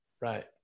Right